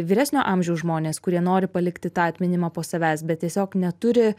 vyresnio amžiaus žmonės kurie nori palikti tą atminimą po savęs bet tiesiog neturi